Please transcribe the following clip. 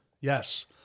Yes